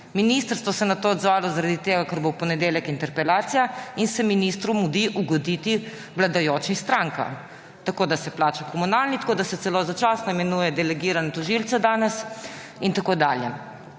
Ministrstvo se je na to odzvalo zaradi tega, ker bo v ponedeljek interpelacija in se ministru mudi ugoditi vladajočim strankam, tako da se plača komunalni, tako da se celo začasno danes imenuje delegirane tožilce in tako dalje.